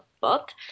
book